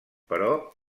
però